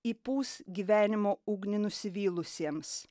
įpūs gyvenimo ugnį nusivylusiems